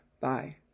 Bye